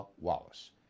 Wallace